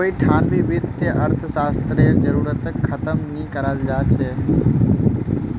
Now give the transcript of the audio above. कोई ठान भी वित्तीय अर्थशास्त्ररेर जरूरतक ख़तम नी कराल जवा सक छे